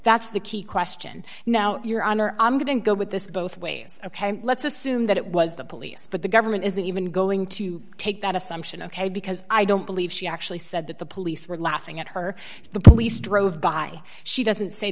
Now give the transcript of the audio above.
that's the key question now your honor i'm going to go with this both ways ok let's assume that it was the police but the government isn't even going to take that assumption ok because i don't believe she actually said that the police were laughing at her the police drove by she doesn't say